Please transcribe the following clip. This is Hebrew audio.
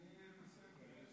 אני אהיה בסדר.